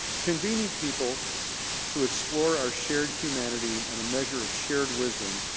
convening people to explore our shared humanity, and a measure of shared wisdom,